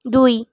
দুই